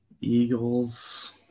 Eagles